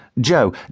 Joe